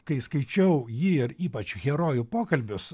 kai skaičiau jį ir ypač herojų pokalbius